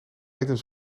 items